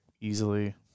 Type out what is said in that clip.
easily